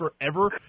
forever